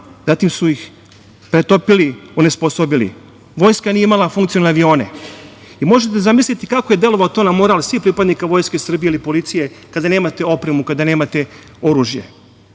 zatim su ih pretopili, onesposobili. Vojska nije imala funkcionalne avione. Da li možete da zamislite kako je to delovalo na moral svih pripadnika Vojske Srbije ili policije, kada nemate opremu, kada nemate oružje? Oni